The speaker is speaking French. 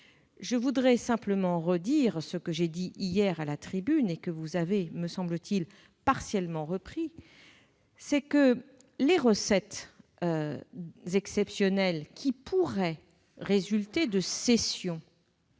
je répéterai simplement ce que j'ai dit hier à la tribune et que vous n'avez, me semble-t-il, que partiellement repris : les recettes exceptionnelles qui pourraient résulter de cessions,